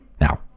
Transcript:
now